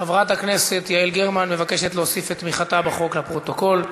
חברת הכנסת יעל גרמן מבקשת להוסיף את תמיכתה בחוק לפרוטוקול.